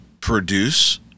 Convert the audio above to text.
produce